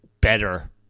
better